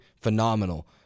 phenomenal